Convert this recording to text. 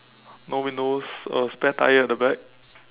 no windows a spare tyre at the back